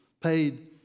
paid